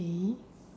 K